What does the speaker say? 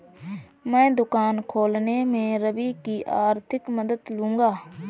मैं दुकान खोलने में रवि की आर्थिक मदद करूंगा